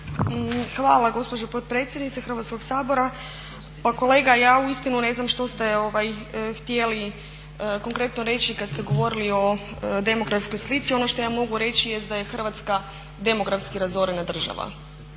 Hvala gospođo potpredsjednice Hrvatskog sabora. Pa kolega, ja uistinu ne znam što ste htjeli konkretno reći kad ste govorili o demografskoj slici. Ono što ja mogu reći jest da je Hrvatska demografski razorena država.